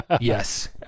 Yes